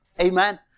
Amen